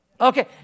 Okay